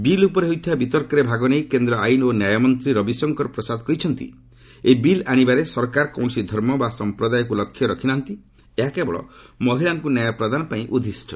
bill ଉପରେ ହୋଇଥିବା ବିତର୍କରେ ଭାଗ ନେଇ କେନ୍ଦ୍ର ଆଇନ୍ ଓ ନ୍ୟାୟମନ୍ତ୍ରୀ ରବିଶଙ୍କର ପ୍ରସାଦ କହିଛନ୍ତି ଯେ ଏହି ବିଲ୍ ଆଣିବାରେ ସରକାର କୌଣସି ଧର୍ମ ବା ସମ୍ପ୍ରଦାୟକୁ ଲକ୍ଷ୍ୟରେ ରଖିନାହାନ୍ତି ଏହା କେବଳ ମହିଳାଙ୍କୁ ନ୍ୟାୟ ପ୍ରଦାନ ପାଇଁ ଉଦ୍ଦିଷ୍ଟ